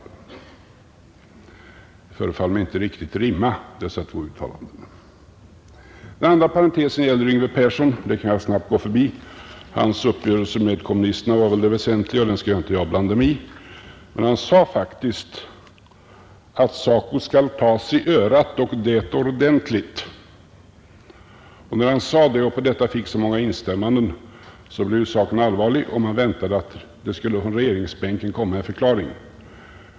Dessa två uttalanden förefaller mig inte riktigt rimma. Den andra parentesen gäller Yngve Persson. Den kan jag snabbt gå förbi — hans uppgörelse med kommunisterna var väl det väsentliga, och den skall jag inte blanda mig i. Men han sade faktiskt att SACO skall tas i örat, och det ordentligt. När han sade det, och på detta fick så många instämmanden, blir saken allvarlig, och man väntade att det från regeringsbänken skulle komma en förklaring.